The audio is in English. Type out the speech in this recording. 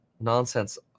nonsense